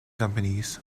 companies